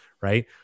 right